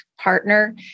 partner